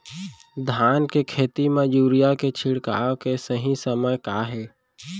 धान के खेती मा यूरिया के छिड़काओ के सही समय का हे?